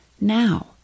now